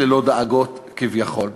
ללא דאגות כביכול.